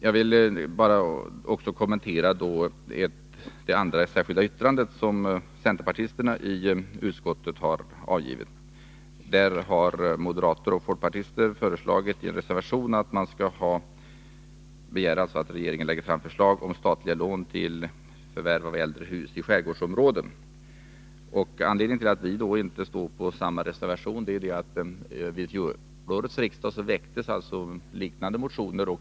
Jag vill också kommentera det andra särskilda yttrandet som centerpårtisterna i utskottet har avgivit. Moderaterna och folkpartisterna har i en reservation begärt att regeringen lägger fram förslag om statliga lån till förvärv av äldre hus i skärgårdsområden. Anledningen till att vi inte anslutit oss till den reservationen är att det vid fjolårets riksmöte väcktes liknande motioner.